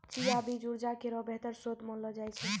चिया बीज उर्जा केरो बेहतर श्रोत मानलो जाय छै